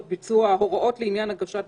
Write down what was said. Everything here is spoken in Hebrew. יום או יומיים,